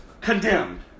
condemned